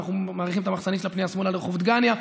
אנחנו מאריכים את המחסנית של הפנייה שמאלה לרחוב דגניה,